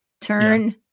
Turn